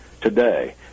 today